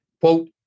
quote